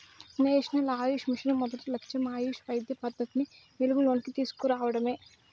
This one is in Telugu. నేషనల్ ఆయుష్ మిషను మొదటి లచ్చెం ఆయుష్ వైద్య పద్దతిని వెలుగులోనికి తీస్కు రావడమే